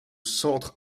centre